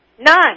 None